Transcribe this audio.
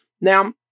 Now